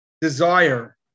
desire